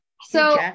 So-